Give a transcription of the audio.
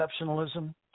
exceptionalism